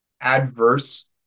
adverse